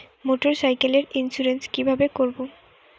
মোটরসাইকেলের ইন্সুরেন্স কিভাবে করব?